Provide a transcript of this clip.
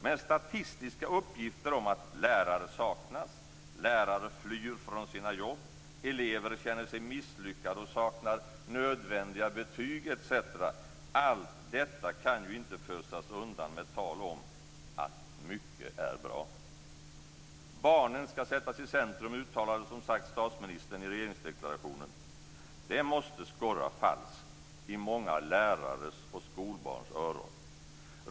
Men statistiska uppgifter om att lärare saknas, lärare flyr från sina jobb, elever känner sig misslyckade och saknar nödvändiga betyg etc. - allt detta kan ju inte fösas undan med tal om att mycket är bra. Barnen ska sättas i centrum uttalade som sagt statsministern i regeringsdeklarationen. Det måste skorra falskt i många lärares och skolbarns öron.